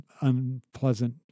unpleasant